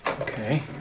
Okay